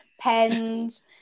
pens